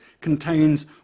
contains